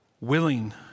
willing